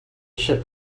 ship